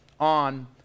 on